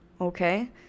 Okay